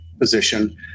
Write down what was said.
position